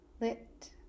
lit